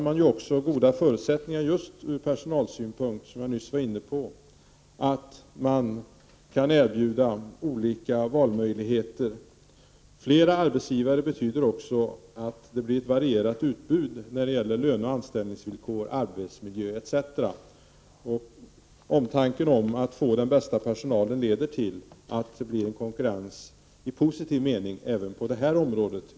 Man skapar också goda förutsättningar just ur personalsynpunkt — vilket jag nyss var inne på — genom att man kan erbjuda valmöjligheter. Flera arbetsgivare betyder också att det blir ett varierat utbud när det gäller löneoch anställningsvillkor, arbetsmiljö etc. Omtanken om att få den bästa personalen leder till att det blir en konkurrens i positiv mening även på detta område.